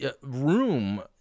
room